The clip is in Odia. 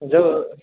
ଯେଉଁ